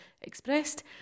expressed